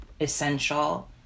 essential